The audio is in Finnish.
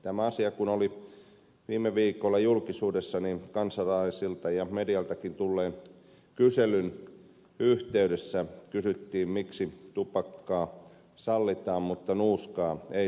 tämä asia kun oli viime viikolla julkisuudessa niin kansalaisilta ja medialtakin tulleen kyselyn yhteydessä kysyttiin miksi tupakka sallitaan mutta nuuskaa ei sallita